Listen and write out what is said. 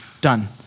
Done